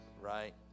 right